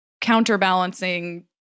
counterbalancing